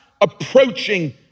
approaching